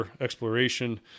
exploration